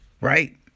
right